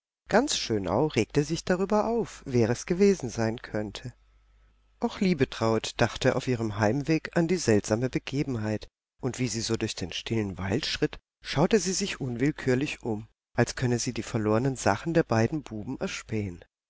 ganz schönau regte sich darüber auf wer es gewesen sein könnte auch liebetraut dachte auf ihrem heimweg an die seltsame begebenheit und wie sie so durch den stillen wald schritt schaute sie sich unwillkürlich um als könnte sie die verlorenen sachen der beiden buben erspähen